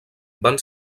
van